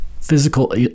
physical